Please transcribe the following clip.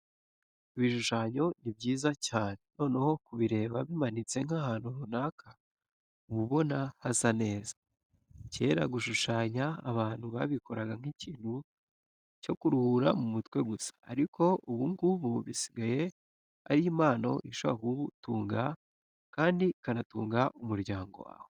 Ibishushanyo ni byiza cyane, noneho kubireba bimanitse nk'ahantu runaka uba ubona hasa neza. Kera gushushanya abantu babikoraga nk'ikintu cyo kuruhura mu mutwe gusa, ariko ubu ngubu bisigaye ari impano ishobora kugutunga kandi ikanatunga umuryango wawe.